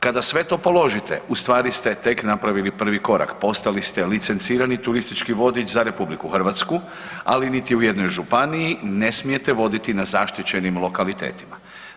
Kada sve to položite ustvari ste tek napravili prvi korak, postali ste licencirani turistički vodič za RH, ali niti u jednoj županiji ne smijete voditi na zaštićenim lokalitetima.